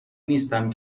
نیستم